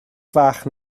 fach